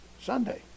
Sunday